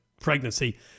pregnancy